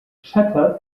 shattered